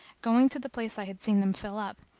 going to the place i had seen them fill up,